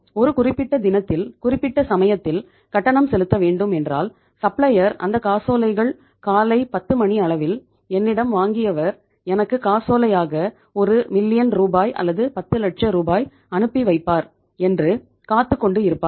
ஒரு குறிப்பிட்ட தினத்தில் குறிப்பிட்ட சமயத்தில் கட்டணம் செலுத்த வேண்டும் என்றால் சப்ளையர் அந்த காசோலைகள் காலை 10 மணி அளவில் என்னிடம் வாங்கியவர் எனக்கு காசோலையாக ஒரு மில்லியன் ரூபாய் அல்லது 10 லட்ச ரூபாய் அனுப்பி வைப்பார் என்று காத்துக்கொண்டு இருப்பார்